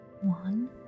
One